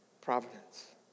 providence